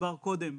שהוסבר קודם,